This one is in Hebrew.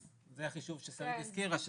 זה החישוב שהזכירה שרית,